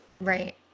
Right